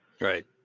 Right